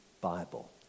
Bible